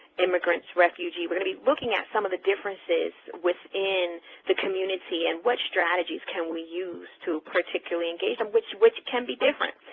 immigrants, refugees, we're going to be looking at some of the differences within the community and what strategies can we use to particularly engage them, which which can be different.